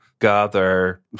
gather